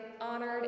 honored